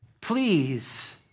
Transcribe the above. please